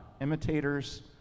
Imitators